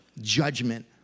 judgment